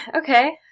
Okay